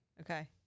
Okay